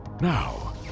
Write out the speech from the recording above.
Now